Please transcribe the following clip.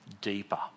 deeper